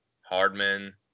Hardman